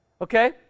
Okay